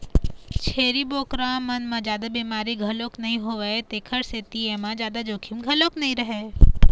छेरी बोकरा मन म जादा बिमारी घलोक नइ होवय तेखर सेती एमा जादा जोखिम घलोक नइ रहय